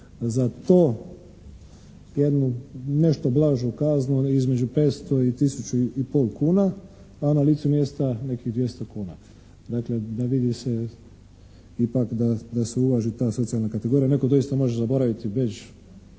za to jednu, nešto blažu kaznu između 500 i tisuću i pol kuna, a na licu mjesta nekih 200 kuna. Dakle, da vidi se ipak da se ulaže ta socijalna kategorija. Netko doista može zaboraviti bedž